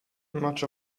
much